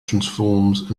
transforms